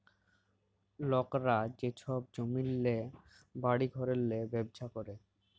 লকরা যে ছব জমিল্লে, বাড়ি ঘরেল্লে ব্যবছা ক্যরে